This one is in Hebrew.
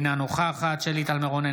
אינה נוכחת שלי טל מירון,